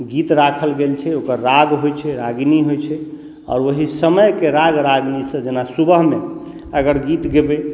गीत राखल गेल छै ओकर राग होइ छै रागिनी होइ छै आओर ओहि समयके राग रागिनीसँ जेना सुबहमे अगर गीत गेबै